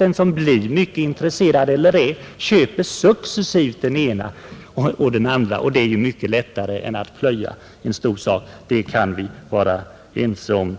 Den som blir eller är mycket intresserad köper givetvis successivt den ena skriften efter den andra allteftersom de kommer ut, och det är mycket lättare än att plöja igenom en stor bok på en gång. Det kan vi vara ense om,